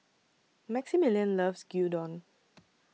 Maximillian loves Gyudon